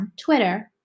Twitter